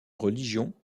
religion